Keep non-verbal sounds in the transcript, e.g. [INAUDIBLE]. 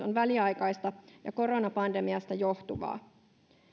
[UNINTELLIGIBLE] on väliaikaista ja koronapandemiasta johtuvaa